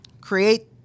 create